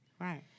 Right